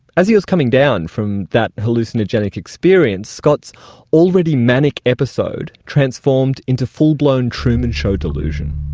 as he was coming down from that hallucinogenic experience, scott's already manic episode transformed into full-blown truman show delusion.